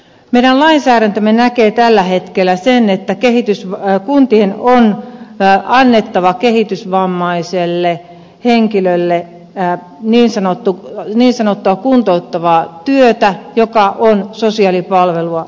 meidän lainsäädäntömme näkee tällä hetkellä sen että kuntien on annettava kehitysvammaiselle henkilölle niin sanottua kuntouttavaa työtä joka on sosiaalipalvelua